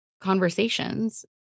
conversations